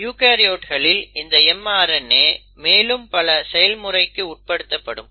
யூகரியோட்களில் இந்த mRNA மேலும் பல செயல்முறைக்கு உட்படுத்தப்படும்